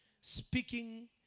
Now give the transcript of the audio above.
speaking